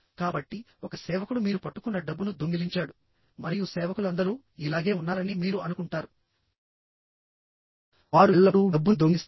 కాబట్టి ఒక సేవకుడు మీరు పట్టుకున్న డబ్బును దొంగిలించాడు మరియు సేవకులందరూ ఇలాగే ఉన్నారని మీరు అనుకుంటారు వారు ఎల్లప్పుడూ డబ్బును దొంగిలిస్తారు